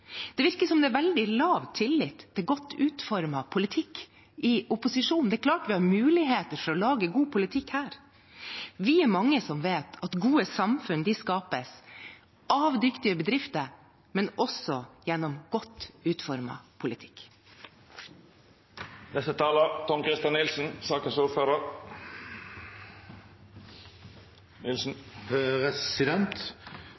Det virker som det er veldig lav tillit til godt utformet politikk i opposisjonen. Det er klart vi har muligheter for å lage god politikk her. Vi er mange som vet at gode samfunn skapes av dyktige bedrifter, men også gjennom godt utformet politikk. Beklager at jeg tar ordet enda en gang, men etter siste taler